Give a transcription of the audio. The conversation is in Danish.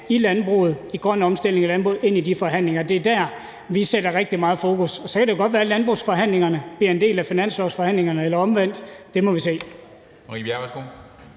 i grøn omstilling af landbruget, i de forhandlinger, for det er der, vi lægger et stort fokus. Så kan det godt være, at landbrugsforhandlingerne bliver en del af finanslovsforhandlingerne eller omvendt, det må vi se.